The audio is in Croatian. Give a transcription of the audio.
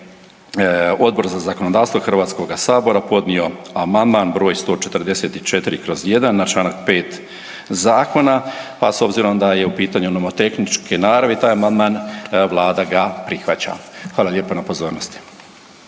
Odbor za zakonodavstvo HS podnio amandman br. 144/1 na čl. 5. zakona, pa s obzirom da je u pitanju nomotehničke naravi taj amandman vlada ga prihvaća. Hvala lijepa na pozornosti.